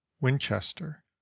winchester